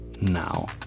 now